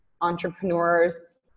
entrepreneurs